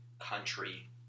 country